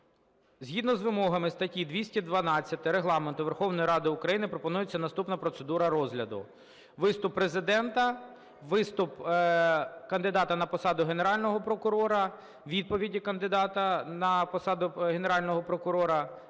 Згідно з вимогами статті 212 Регламенту Верховної Ради України пропонується наступна процедура розгляду: виступ Президента, виступ кандидата на посаду Генерального прокурора, відповіді кандидата на посаду Генерального прокурора,